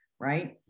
Right